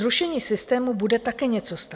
Zrušení systému bude také něco stát.